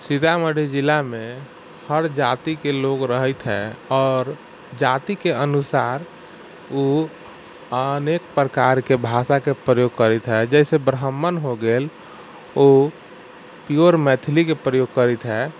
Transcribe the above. सीतामढ़ी जिलामे हर जातिके लोक रहैत हइ आओर जातिके अनुसार ओ अनेक प्रकारके भाषाके प्रयोग करैत हइ जइसे ब्राह्मण हो गेल ओ प्योर मैथिलीके प्रयोग करैत हइ